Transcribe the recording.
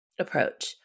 approach